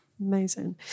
amazing